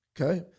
Okay